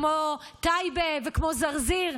כמו טייבה וכמו זרזיר,